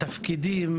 התפקידים